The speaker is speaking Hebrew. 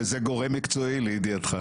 וזה גורם מקצועי, לידיעתך.